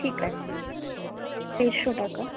ঠিক আছে দেসশো টাকা